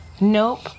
Nope